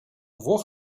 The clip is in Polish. włoch